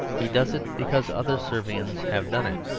he does it because other servians have done it.